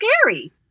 scary